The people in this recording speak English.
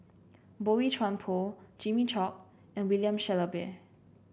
Boey Chuan Poh Jimmy Chok and William Shellabear